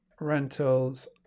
rentals